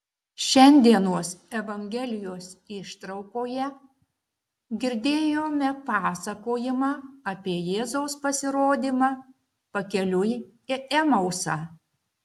šiandienos evangelijos ištraukoje girdėjome pasakojimą apie jėzaus pasirodymą pakeliui į emausą